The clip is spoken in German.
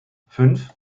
fünf